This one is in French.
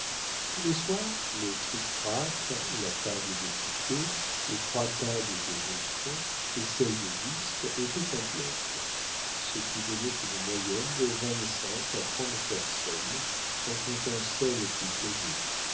tous les soirs le trictrac la table de piquet les trois tables de boston et celle de whist étaient complètes ce qui donnait une moyenne de vingt-cinq à trente personnes en comptant celles qui causaient